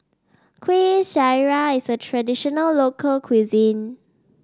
Kueh Syara is a traditional local cuisine